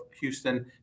Houston